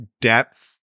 depth